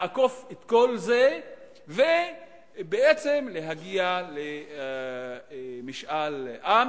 לעקוף את כל זה ובעצם להגיע למשאל עם